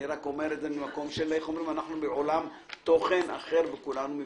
לגמרי עם מה שחבר הכנסת בצלאל